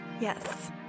Yes